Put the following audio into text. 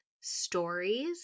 stories